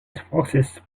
forces